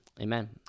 Amen